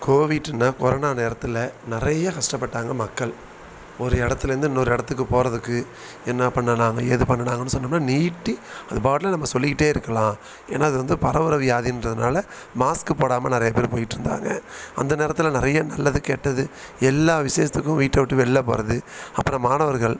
கோவிட்டுன்னால் corona நேரத்தில் நிறைய கஷ்டப்பட்டாங்க மக்கள் ஒரு இடத்துலேந்து இன்னொரு இடத்துக்கு போகிறதுக்கு என்ன பண்ணின்னாங்க ஏது பண்ணின்னாங்கன்னு சொன்னோம்னால் நீட்டி அது பாட்டில் நம்ம சொல்லிக்கிட்டே இருக்கலாம் ஏன்னால் அது வந்து பரவுகிற வியாதிங்றதுனால மாஸ்க்கு போடாமல் நிறைய பேர் போய்கிட்ருந்தாங்க அந்த நேரத்தில் நிறைய நல்லது கெட்டது எல்லா விசேஷத்துக்கும் வீட்டை விட்டு வெளில போகிறது அப்புறம் மாணவர்கள்